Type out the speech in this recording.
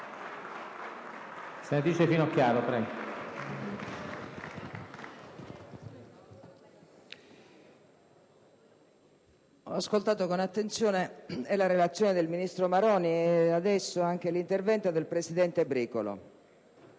ho ascoltato con attenzione la relazione del ministro Maroni e poc'anzi anche l'intervento del presidente Bricolo.